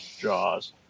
Jaws